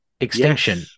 Extinction